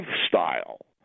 lifestyle